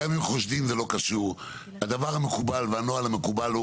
יש לזכור גם את